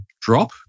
drop